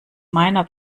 meiner